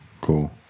Cool